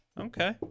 Okay